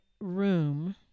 room